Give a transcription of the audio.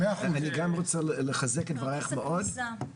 אני גם רוצה לחזק את דבריך מאוד.